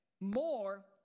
more